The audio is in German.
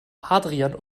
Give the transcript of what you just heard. adrian